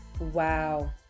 Wow